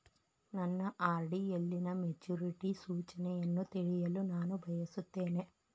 ನನ್ನ ಆರ್.ಡಿ ಯಲ್ಲಿನ ಮೆಚುರಿಟಿ ಸೂಚನೆಯನ್ನು ತಿಳಿಯಲು ನಾನು ಬಯಸುತ್ತೇನೆ